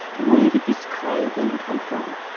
where did this craving come from?